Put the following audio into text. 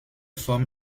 forme